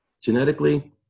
Genetically